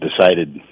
decided